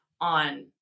On